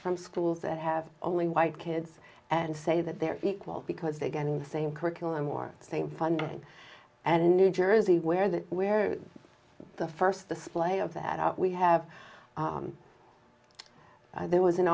from schools that have only white kids and say that they're equal because they're getting the same curriculum or the same funding and new jersey where the where the first the splay of that are we have there was an